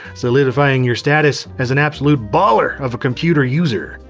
solidifying your status as an absolute baller of a computer user.